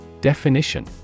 Definition